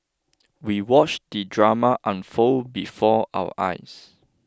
we watched the drama unfold before our eyes